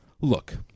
Look